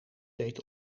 deed